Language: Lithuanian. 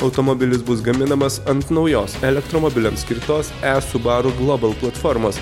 automobilis bus gaminamas ant naujos elektromobiliams skirtos e subaru global platformos